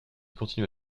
continue